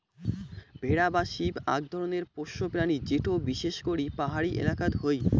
ভেড়া বা শিপ আক ধরণের পোষ্য প্রাণী যেটো বিশেষ করি পাহাড়ি এলাকাত হই